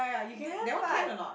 damn fun